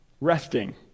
resting